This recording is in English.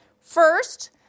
First